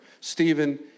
Stephen